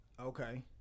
Okay